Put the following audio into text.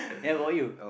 how about you